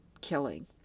killing